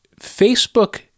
Facebook